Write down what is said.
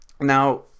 Now